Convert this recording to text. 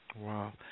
Wow